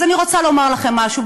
אז אני רוצה לומר לכם משהו,